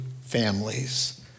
families